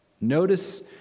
Notice